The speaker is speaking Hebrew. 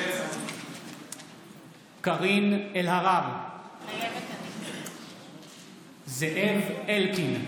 מתחייב אני קארין אלהרר, מתחייבת אני זאב אלקין,